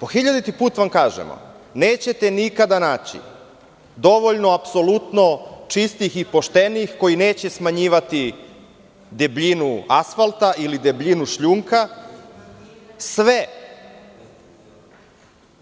Po hiljaditi put vam kažemo da nećete nikada naći dovoljno apsolutno čistih i poštenih koji neće smanjivati debljinu asfalta ili debljinu šljunka sve